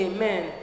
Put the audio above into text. Amen